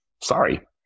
Sorry